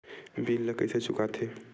bill ला कइसे चुका थे